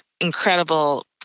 incredible